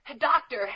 Doctor